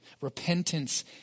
repentance